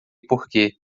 porque